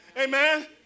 Amen